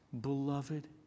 beloved